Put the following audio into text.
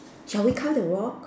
shall we count the rock